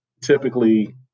typically